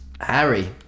Harry